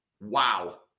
Wow